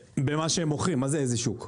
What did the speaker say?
במה שהם מוכרים, מה זה איזה שוק?